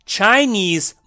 Chinese